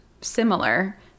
similar